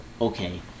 Okay